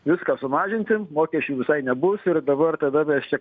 viską sumažinsim mokesčių visai nebus ir dabar tada mes čia